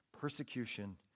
Persecution